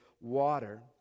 water